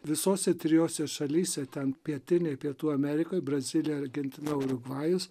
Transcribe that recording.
visose trijose šalyse ten pietinėj pietų amerikoj brazilija argentina urugvajus